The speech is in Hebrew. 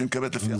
משפטית.